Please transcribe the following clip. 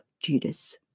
Judas